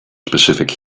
specific